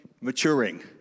maturing